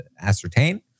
ascertain